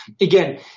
Again